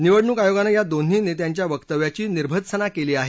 निवडणूक आयोगानं या दोन्ही नेत्यांच्या वक्तव्याची निर्भत्सना केली आहे